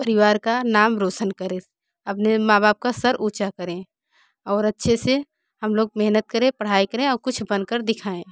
परिवार का नाम रोशन करें अपने माँ बाप का सिर ऊँचा करें और अच्छे से हम लोग मेहनत करें पढ़ाई करें और कुछ बनकर दिखाऍं